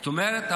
זאת אומרת,